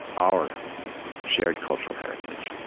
our shared cultural heritage.